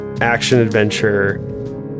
action-adventure